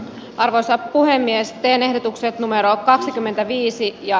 arvoisa puhemies penehdotukset numero kaksikymmentäviisi ja